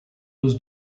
was